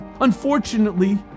Unfortunately